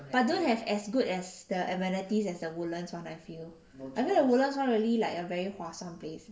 but don't have as good as the amenities as the woodlands one I feel I like woodlands [one] like a very 花算 place